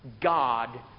God